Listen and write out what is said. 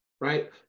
right